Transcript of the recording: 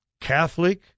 Catholic